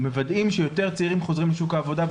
יש לוודא שיותר צעירים רוצים לחזור לשוק העבודה,